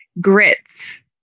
Grits